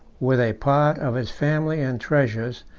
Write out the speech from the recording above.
with a part of his family and treasures,